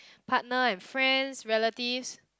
partner and friends relatives